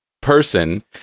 person